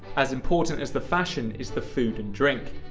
as important as the fashion is the food and drink.